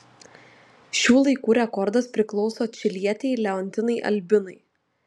šių laikų rekordas priklauso čilietei leontinai albinai